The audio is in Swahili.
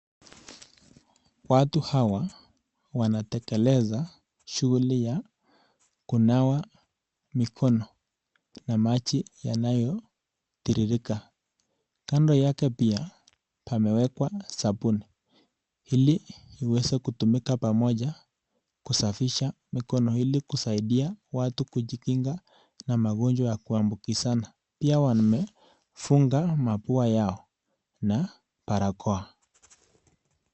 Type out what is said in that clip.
Watu hawa wanatekeleza shughuli ya kunawa mikono na maji yanayotiririka. Kando yake pia pamewekwa sabuni, ili iweze kutumika pamoja kusafisha mikono ili kusaidia watu kujikinga na magonjwa ya kuambukizana, pia wamefunga mapua yao na barakoa.